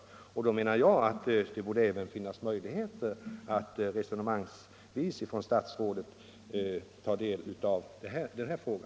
Därför tycker jag att det borde finnas möjligheter för statsrådet att resonemangsvis ta del även av denna fråga.